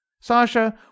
Sasha